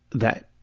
that,